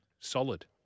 Solid